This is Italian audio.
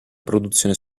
produzione